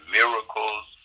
miracles